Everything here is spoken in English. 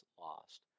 lost